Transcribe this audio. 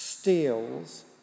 steals